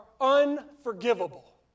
unforgivable